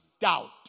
doubt